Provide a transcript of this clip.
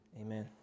amen